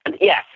Yes